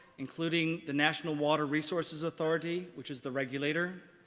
including the national water resources authority, which is the regulator,